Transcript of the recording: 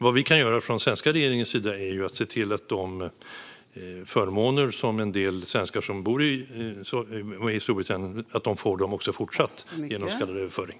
Vad den svenska regeringen kan göra är att se till att de förmåner som en del svenskar som bor i Storbritannien har blir kvar även fortsättningsvis genom så kallad överföring.